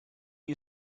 you